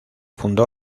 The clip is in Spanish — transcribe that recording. fundó